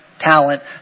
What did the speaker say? talent